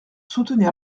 soutenir